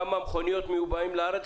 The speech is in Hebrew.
כמה מכוניות מיובאות לארץ,